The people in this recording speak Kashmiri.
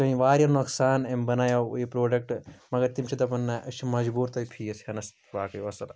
یِتھٕ کٔنۍ واریاہ نۄقصان أمۍ بَنایٛاو یہِ پرٛوڈَکٹہٕ مگر تِم چھِ دَپان نہَ أسۍ چھِ مَجبوٗر تۄہہِ فیٖس ہٮ۪نَس باقٕے وَسَلام